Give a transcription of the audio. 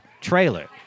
trailer